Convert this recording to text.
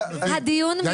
הדיון מיותר.